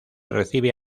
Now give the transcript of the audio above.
recibe